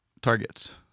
targets